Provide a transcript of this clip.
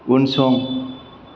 उनसं